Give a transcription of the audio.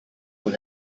ohr